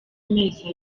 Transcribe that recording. amezi